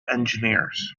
engineers